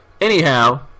Anyhow